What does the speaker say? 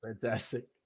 fantastic